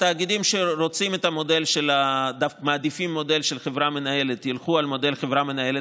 תאגידים שמעדיפים מודל של חברה מנהלת ילכו על מודל חברה מנהלת.